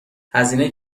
هزینه